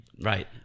right